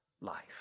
life